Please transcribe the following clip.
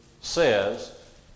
says